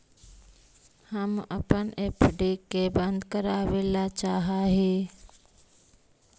हम अपन एफ.डी के बंद करावल चाह ही